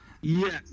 yes